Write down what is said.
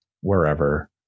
wherever